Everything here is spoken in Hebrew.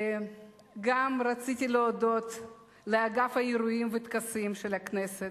רציתי להודות גם לאגף האירועים והטקסים של הכנסת,